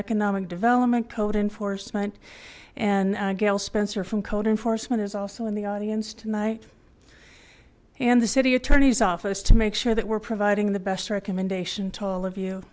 economic development code enforcement and gail spencer from code enforcement is also in the audience tonight and the city attorney's office to make sure that we're providing the best recommendation